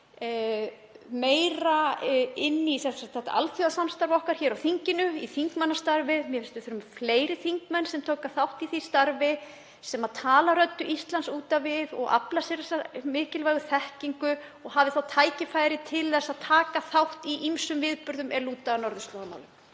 meira inn í alþjóðasamstarf okkar hér á þinginu, í þingmannastarfið. Mér finnst við þurfa fleiri þingmenn sem taka þátt í því starfi, sem tala röddu Íslands út á við og afla sér þessarar mikilvægu þekkingar og hafa þá tækifæri til að taka þátt í ýmsum viðburðum er lúta að norðurslóðamálum.